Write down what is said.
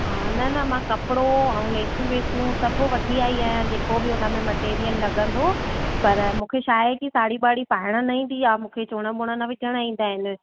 हा न न मां कपिड़ो ऐं लेसूं वेसियूं सभु वठी आई आयां जेको बि हुन में मटिरियल लॻंदो पर मूंंखे छाहे की साड़ी वाड़ी पाइणु न ईंदी आहे मूंखे चुड़ मुड़ न विझणु ईंदा आहिनि